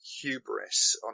hubris